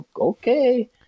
okay